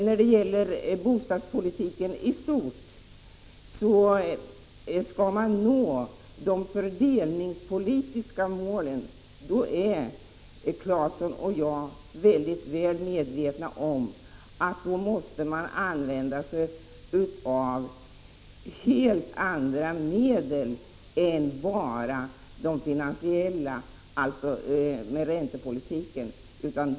När det gäller bostadspolitiken i stort är Tore Claeson och jag mycket väl medvetna om att om man skall nå de fördelningspolitiska målen, så måste man använda även andra medel än bara de finansiella, alltså räntepolitiken.